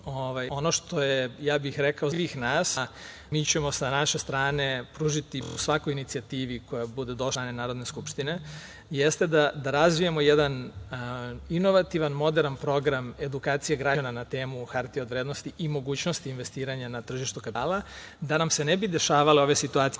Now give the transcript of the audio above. Ono što je, rekao bih, svih nas, a mi ćemo sa naše strane pružiti podršku svakoj inicijativi koja bude došla od strane Narodne skupštine, jeste da razvijemo jedan inovativan, moderan program, edukacije građana na temu hartije od vrednosti, i mogućnosti investiranja na tržištu kapitala, da nam se ne bi dešavale ove situacije